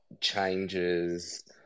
changes